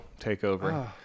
takeover